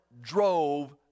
drove